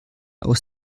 aus